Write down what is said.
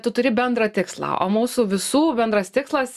tu turi bendrą tikslą o mūsų visų bendras tikslas